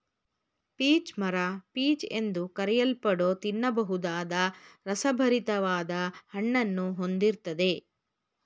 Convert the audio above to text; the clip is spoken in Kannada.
ಪೀಚ್ ಮರ ಪೀಚ್ ಎಂದು ಕರೆಯಲ್ಪಡೋ ತಿನ್ನಬಹುದಾದ ರಸಭರಿತ್ವಾದ ಹಣ್ಣನ್ನು ಹೊಂದಿರ್ತದೆ